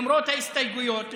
למרות ההסתייגויות,